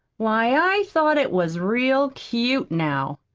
why, i thought it was real cute, now.